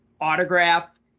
autograph